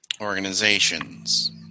organizations